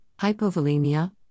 hypovolemia